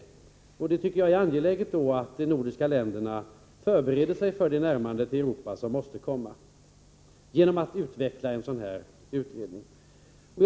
Det är då enligt min mening angeläget att de nordiska länderna genom att belysa frågan i en utredning förbereder sig för det närmande till Europa som måste komma.